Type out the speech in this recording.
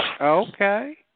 Okay